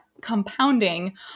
compounding